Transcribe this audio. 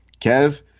Kev